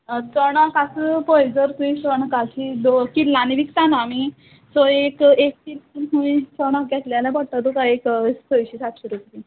चणक आसा पळय जर तुंवें चणकाची दो किल्लांनी विकता न्हू आमी सो एक कील चणक घेतल्या जाल्या पडटा तुका एक सयशीं सातशीं रुपया बीन